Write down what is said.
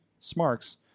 smarks